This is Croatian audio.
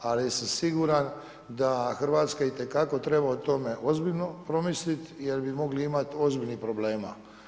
Ali sam siguran da Hrvatska itekako treba o tome ozbiljno promislit, jer bi mogli imat ozbiljnih problema.